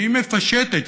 שהיא מפשטת,